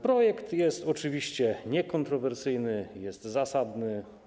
Projekt jest oczywiście niekontrowersyjny, jest zasadny.